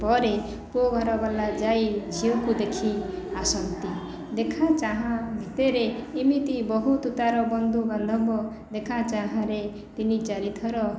ପରେ ପୁଅ ଘର ବାଲା ଯାଇ ଝିଅକୁ ଦେଖି ଆସନ୍ତି ଦେଖା ଚାହାଁ ଭିତରେ ଏମିତି ବହୁତ ତାର ବନ୍ଧୁ ବାନ୍ଧବ ଦେଖା ଚାହାଁରେ ତିନି ଚାରି ଥର